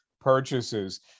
purchases